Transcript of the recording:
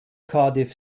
cardiff